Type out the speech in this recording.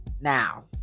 Now